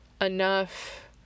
enough